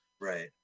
right